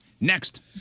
Next